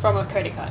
from a credit card